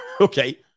Okay